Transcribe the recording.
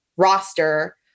roster